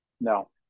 No